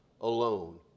alone